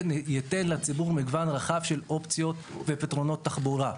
זה ייתן לציבור מגוון רחב של אופציות ופתרונות תחבורה.